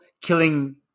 killing